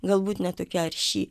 galbūt ne tokia arši